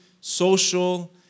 social